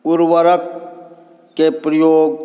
उर्वरकके प्रयोग